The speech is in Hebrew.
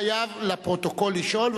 אני חייב לפרוטוקול לשאול,